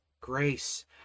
grace